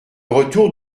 retour